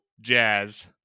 jazz